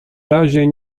razie